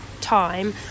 time